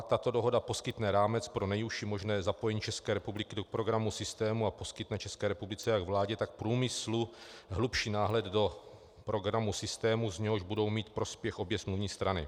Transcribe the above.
Tato dohoda poskytne rámec pro nejužší možné zapojení České republiky do programu systému a poskytne České republice, jak vládě, tak průmyslu, hlubší náhled do programu systému, z něhož budou mít prospěch obě smluvní strany.